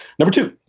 number two,